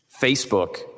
Facebook